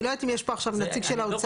אני לא יודעת אם יש פה עכשיו נציג של האוצר.